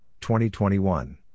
2021